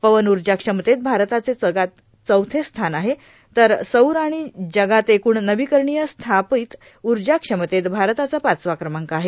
पवन ऊर्जा क्षमतेत भारताचे जगात चौथे स्थान आहे तर सौर आणि जगात एकूण नवीकरणीय स्थापित ऊर्जा क्षमतेत भारताचा पाचवा क्रमांक आहे